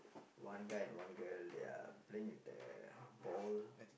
one guy and one girl there are playing with a ball